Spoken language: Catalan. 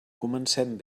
comencem